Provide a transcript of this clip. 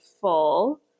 full